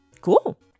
Cool